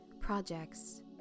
projects